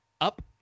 Up